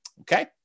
Okay